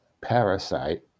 parasite